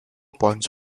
points